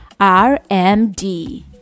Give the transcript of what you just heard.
RMD